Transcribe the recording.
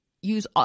use